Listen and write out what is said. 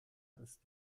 ist